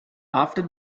after